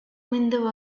windows